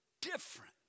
different